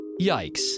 Yikes